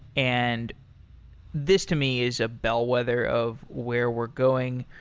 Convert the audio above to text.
and this, to me, is a bellwether of where we're going.